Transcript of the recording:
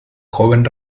joven